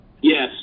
Yes